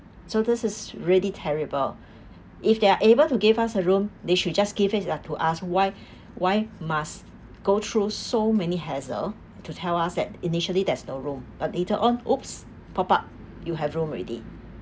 so this is really terrible if they are able to give us a room they should just give it lah to us why why must go through so many hassle to tell us that initially there's no room but later on !oops! pop up you have room already